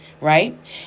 right